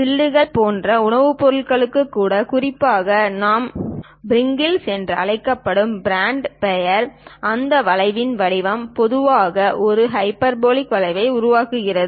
சில்லுகள் போன்ற உணவுப் பொருட்களுக்கு கூட குறிப்பாக நாம் பிரிங்கிள்ஸ் என்று அழைக்கும் பிராண்ட் பெயர் அந்த வளைவின் வடிவம் பொதுவாக ஒரு ஹைபர்போலிக் வளைவை உருவாக்குகிறது